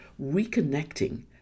reconnecting